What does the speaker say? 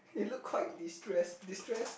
it look quite destress destress